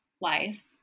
life